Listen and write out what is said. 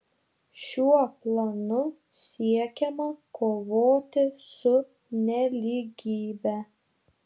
šiuo planu siekiama kovoti su nelygybe